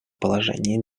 положении